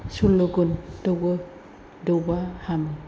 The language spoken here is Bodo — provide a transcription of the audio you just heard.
सल्ल'गुन दौवो दौब्ला हामो